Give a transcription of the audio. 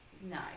no